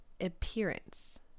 appearance